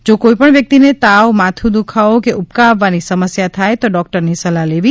જો કોઈપણ વ્યક્તિને તાવ માથું દુઃખવું કે ઉબકા આવવાની સમસ્યા થાય તો ડોકટરની સલાહ લેવી